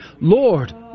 Lord